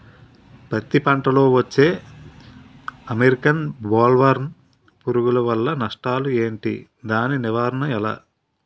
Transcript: పత్తి లో వచ్చే అమెరికన్ బోల్వర్మ్ పురుగు వల్ల నష్టాలు ఏంటి? దాని నివారణ ఎలా?